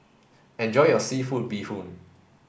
enjoy your seafood bee hoon